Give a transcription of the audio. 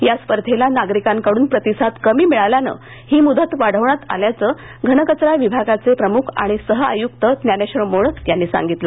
या स्पर्धला नागरिकांकडुन प्रतिसाद कमी मिळाल्याने ही मुदत वाढवण्यात आल्याचं घनकचरा विभागाचे प्रमुख आणि सहआयुक्त ज्ञानेश्वर मोळक यांनी सांगितलं